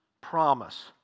promise